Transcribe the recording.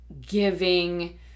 giving